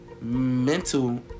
Mental